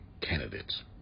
candidates